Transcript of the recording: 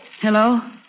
Hello